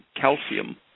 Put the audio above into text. calcium